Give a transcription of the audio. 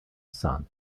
son